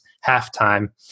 half-time